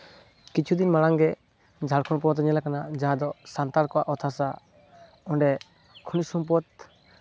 ᱠᱤᱪᱷᱩ ᱫᱤᱱ ᱢᱟᱲᱟᱝ ᱜᱮ ᱡᱷᱟᱲᱠᱷᱚᱸᱰ ᱯᱚᱱᱚᱛ ᱨᱮ ᱧᱮᱞᱟᱠᱟᱱᱟ ᱡᱟᱦᱟᱸ ᱫᱚ ᱥᱟᱱᱛᱟᱲ ᱠᱚᱣᱟᱜ ᱚᱛ ᱦᱟᱥᱟ ᱚᱸᱰᱮ ᱠᱷᱚᱱᱤᱡᱽ ᱥᱚᱢᱯᱚᱫᱽ